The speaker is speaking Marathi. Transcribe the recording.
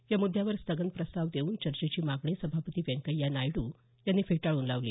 या मुद्यावर स्थगन प्रस्ताव देऊन चर्चेची मागणी सभापती व्यंकय्या नायडू यांनी फेटाळून लावली